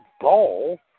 ball